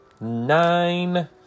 nine